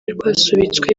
rwasubitswe